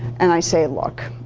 and i say, look,